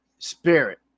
Spirit